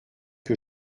que